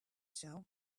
shell